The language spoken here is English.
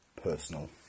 personal